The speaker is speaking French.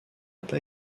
pas